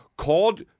Called